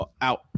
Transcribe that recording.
out